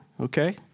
okay